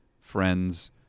friends